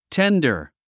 Tender